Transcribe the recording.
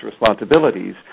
responsibilities